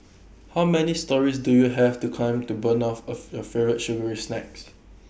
how many storeys do you have to climb to burn off of your favourite sugary snacks